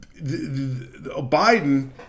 Biden